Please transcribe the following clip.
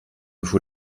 vous